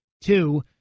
Two